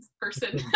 person